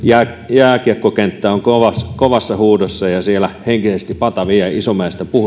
jääkiekkokenttä on kovassa huudossa ja siellä henkisesti pata vie isomäestä